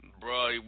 Bro